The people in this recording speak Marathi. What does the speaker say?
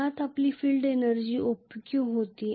मुळात आपली फील्ड एनर्जी OPQ होती